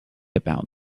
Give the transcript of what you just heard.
about